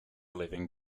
living